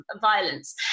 violence